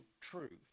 truth